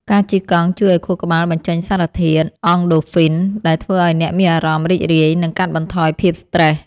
ការជិះកង់ជួយឱ្យខួរក្បាលបញ្ចេញសារធាតុ អង់ដូហ្វីន ដែលធ្វើឱ្យអ្នកមានអារម្មណ៍រីករាយ និងកាត់បន្ថយភាពស្រ្តេស។